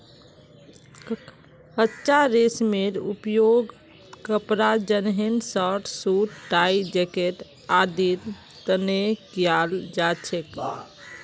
कच्चा रेशमेर उपयोग कपड़ा जंनहे शर्ट, सूट, टाई, जैकेट आदिर तने कियाल जा छे